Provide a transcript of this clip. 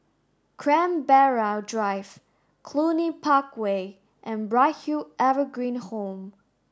Canberra Drive Cluny Park Way and Bright Hill Evergreen Home